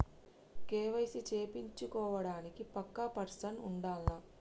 KYC చేపిచ్చుకోవడానికి పక్కా person ఉండాల్నా?